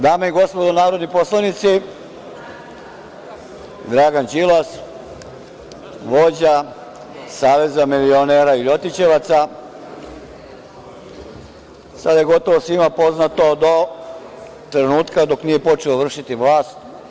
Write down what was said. Dame i gospodo narodni poslanici, Dragan Đilas vođa saveza milionera i LJotićevaca, sada je gotovo svima poznato do trenutka dok nije počeo vršiti vlast.